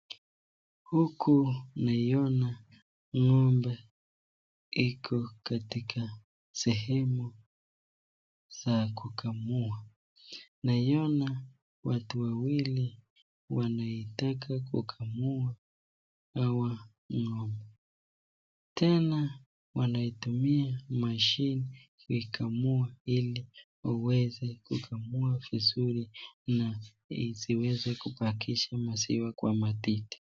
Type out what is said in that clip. Huku naiona ng'ombe iko katika sehemu za kukamua. Naiona watu wawili wanaitaka kukamua hawa ng'ombe. Tena wanaitumia machine kuikamua ili waweze kukamua vizuri na ziweze kubakisha maziwa kwa matiti.